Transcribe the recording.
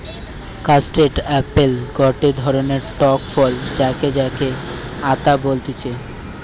custard apple গটে ধরণের টক ফল যাতে যাকে আতা বলতিছে